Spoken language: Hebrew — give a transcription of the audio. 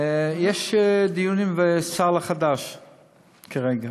יש דיונים בסל החדש כרגע.